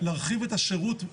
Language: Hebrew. להרחיב את השירות,